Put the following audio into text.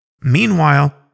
Meanwhile